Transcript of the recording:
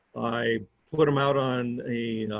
i put them out on a,